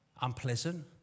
unpleasant